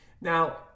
Now